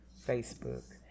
Facebook